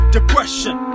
Depression